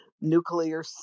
nuclear